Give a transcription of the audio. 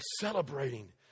celebrating